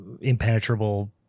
impenetrable